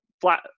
flat